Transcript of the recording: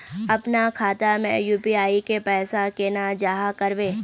अपना खाता में यू.पी.आई के पैसा केना जाहा करबे?